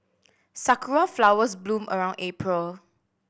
sakura flowers bloom around April